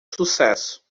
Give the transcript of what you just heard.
sucesso